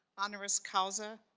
honoris causa,